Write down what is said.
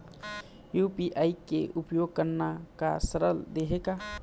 UPI के उपयोग करना का सरल देहें का?